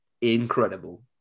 incredible